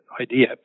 idea